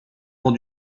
vent